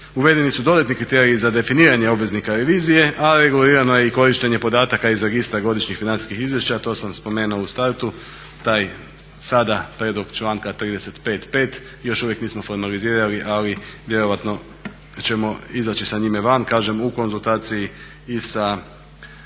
uvedeni su dodatni kriteriji za definiranje obveznika revizije a regulirano je i korištenje podataka iz Registra godišnjih financijskih izvješća. A što sam spomenuo u startu taj sada prijedlog članka 35.5 još uvijek nismo formalizirali ali vjerojatno ćemo izaći sa njime van, kažem u konzultaciji i sa